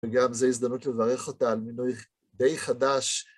וגם זו הזדמנות לברך אותה על מינוי די חדש.